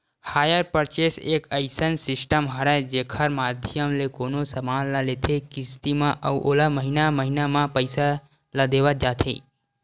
hire purchase एक अइसन system हरय जेखर माधियम ले कोनो समान ल लेथे किस्ती म अउ ओला महिना महिना म पइसा ल देवत जाथे